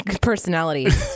personality